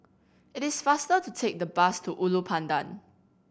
it is faster to take the bus to Ulu Pandan